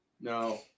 No